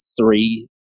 three